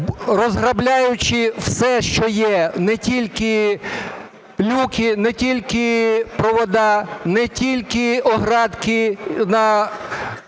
Розкрадаючи все що є, не тільки люки, не тільки провід, не тільки оградки на